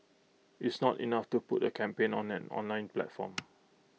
it's not enough to put A campaign on an online platform